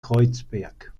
kreuzberg